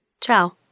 Ciao